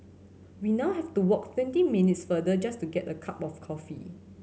we now have to walk twenty minutes farther just to get a cup of coffee